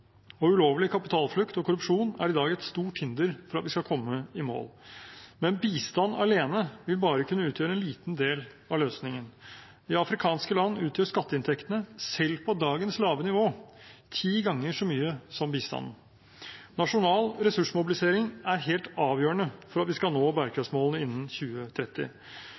og ulovlig kapitalflukt og korrupsjon er i dag et stort hinder for at vi skal komme i mål. Men bistand alene vil bare kunne utgjøre en liten del av løsningen. I afrikanske land utgjør skatteinntektene, selv på dagens lave nivå, ti ganger så mye som bistanden. Nasjonal ressursmobilisering er helt avgjørende for at vi skal nå bærekraftsmålene innen 2030.